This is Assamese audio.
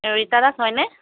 ৰীতা দাস হয়নে